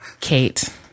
Kate